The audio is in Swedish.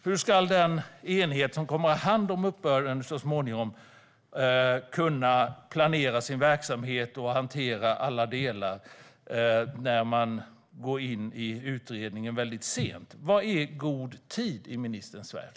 Hur ska den enhet som så småningom kommer att ha hand om uppbörden kunna planera sin verksamhet och hantera alla delar när utredningen startar väldigt sent? Vad är "god tid" i ministerns värld?